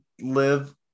live